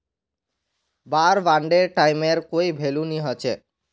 वार बांडेर टाइमेर कोई भेलू नी हछेक